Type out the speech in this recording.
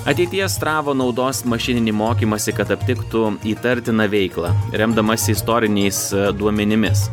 ateities strava naudos mašininį mokymąsi kad aptiktų įtartiną veiklą remdamasi istoriniais duomenimis